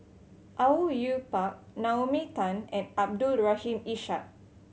Au Yue Pak Naomi Tan and Abdul Rahim Ishak